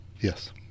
Yes